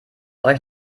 euch